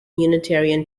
unitarian